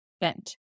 bent